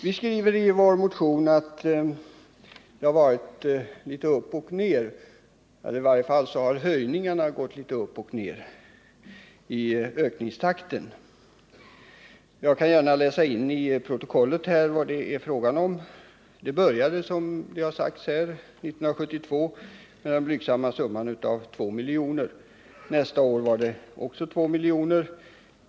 Vi skriver i vår motion att ökningstakten gått litet upp och ned. Jag kan gärna läsa in i protokollet vad det är fråga om. Det började, såsom sagts här, 1971/72 med den blygsamma summan av 2 miljoner. Nästa år var det också 2 miljoner.